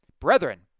Brethren